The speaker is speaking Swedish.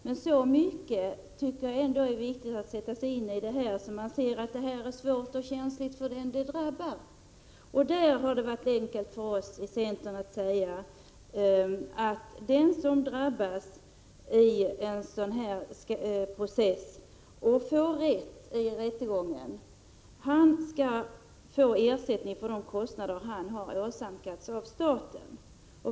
Men så mycket tycker jag ändå att det är viktigt att sätta sig in i detta, att man ser att det här är svårt och känsligt för den det drabbar. Därvidlag har det varit enkelt för oss i centern att säga att den som drabbas av en sådan här process och får rätt vid rättegången skall få ersättning för de kostnader personen i fråga åsamkats av staten.